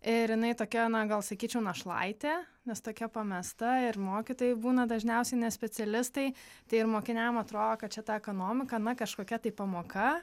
ir jinai tokia na gal sakyčiau našlaitė nes tokia pamesta ir mokytojai būna dažniausiai ne specialistai tai ir mokiniam atrodo kad čia ta ekonomika na kažkokia tai pamoka